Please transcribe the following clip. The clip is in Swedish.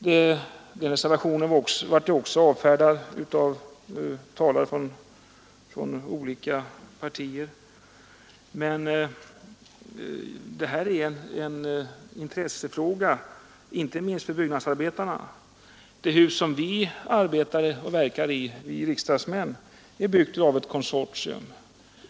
Den reservationen blev också avfärdad av talare från olika partier, men det här är en intressefråga, inte minst för byggnadsarbetarna. Det hus som vi riksdagsmän arbetar och verkar i är byggt av ett konsortium.